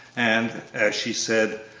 and, as she said,